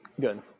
Good